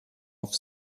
auf